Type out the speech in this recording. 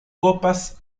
copas